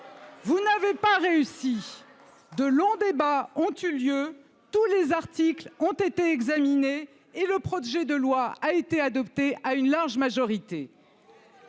Vous n'avez pas réussi de longs débats ont eu lieu. Tous les articles ont été examinés et le projet de loi a été adoptée à une large majorité.